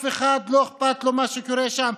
לאף אחד לא אכפת מה שקורה שם.